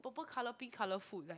purple colour pink colour food like